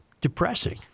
depressing